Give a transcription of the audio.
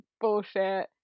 bullshit